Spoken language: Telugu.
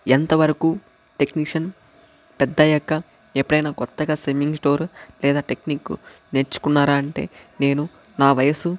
ఎంతవరకు టెక్నీషియన్ పెద్దయ్యాక ఎప్పుడైనా కొత్తగా స్విమ్మింగ్ స్టోర్ లేదా టెక్నిక్ నేర్చుకున్నారా అంటే నేను నా వయసు